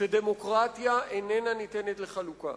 שדמוקרטיה איננה ניתנת לחלוקה.